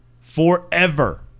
forever